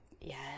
yes